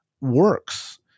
works